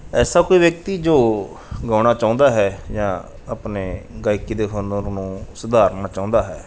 ਐਸਾ ਕੋਈ ਵਿਅਕਤੀ ਜੋ ਗਾਉਣਾ ਚਾਹੁੰਦਾ ਹੈ ਜਾਂ ਆਪਣੇ ਗਾਇਕੀ ਦੇ ਹੁਨਰ ਨੂੰ ਸੁਧਾਰਨਾ ਚਾਹੁੰਦਾ ਹੈ